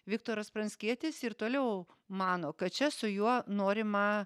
viktoras pranckietis ir toliau mano kad čia su juo norima